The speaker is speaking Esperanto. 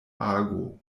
ago